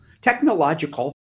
technological